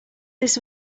this